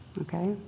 Okay